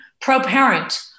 pro-parent